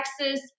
Texas